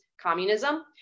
communism